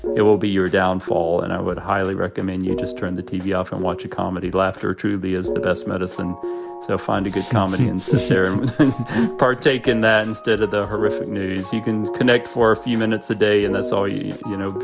it will be your downfall and i would highly recommend you just turn the tv off and watch a comedy. laughter to be is the best medicine so find a good comedy and to so share and partake in that instead of the horrific news you can connect for a few minutes a day. and that's all you you know.